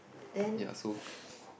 ya so